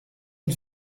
une